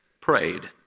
prayed